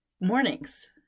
Mornings